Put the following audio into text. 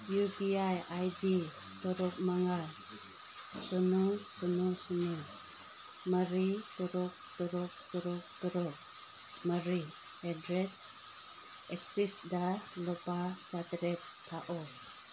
U P I I D ꯇꯔꯨꯛ ꯃꯉꯥ ꯁꯤꯅꯣ ꯁꯤꯅꯣ ꯁꯤꯅꯣ ꯃꯔꯤ ꯇꯔꯨꯛ ꯇꯔꯨꯛ ꯇꯔꯨꯛ ꯇꯔꯨꯛ ꯃꯔꯤ ꯑꯦꯠ ꯗ ꯔꯦꯠ ꯑꯦꯛꯁꯤꯁꯗ ꯂꯨꯄꯥ ꯆꯥꯇꯔꯦꯠ ꯊꯥꯈꯣ